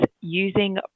using